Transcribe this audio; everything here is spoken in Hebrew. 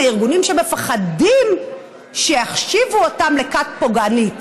ארגונים שמפחדים שיחשיבו אותם לכת פוגענית,